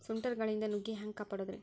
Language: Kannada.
ಸುಂಟರ್ ಗಾಳಿಯಿಂದ ನುಗ್ಗಿ ಹ್ಯಾಂಗ ಕಾಪಡೊದ್ರೇ?